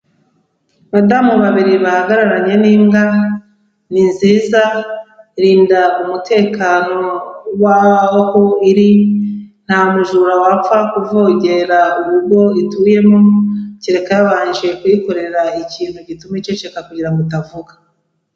Abadamu babiri bahagararanye n'imbwa, ni nziza, irinda umutekano w'aho iri, nta mujura wapfa kuvogera urugo ituyemo, cyereka yabanje kuyikorera ikintu gituma iceceka kugira ngo itavuga.